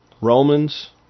Romans